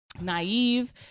naive